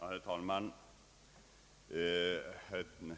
Herr talman!